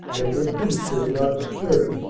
and her peace was not disturbed.